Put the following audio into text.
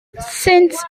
since